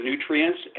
nutrients